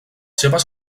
seves